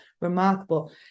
remarkable